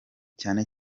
cyane